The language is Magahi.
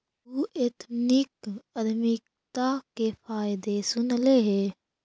तु एथनिक उद्यमिता के फायदे सुनले हे?